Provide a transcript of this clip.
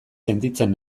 sentitzen